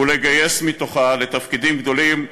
ולגייס מתוכה לתפקידים גדולים,